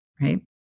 right